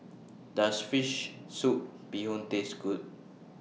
Does Fish Soup Bee Hoon Taste Good